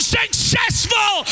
successful